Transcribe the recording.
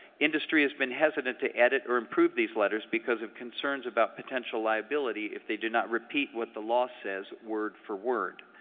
industry has been hesitant to edit or improve these letters because of concerns about potential liability if they do not repeat what the law says word for word.